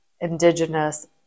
indigenous